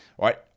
right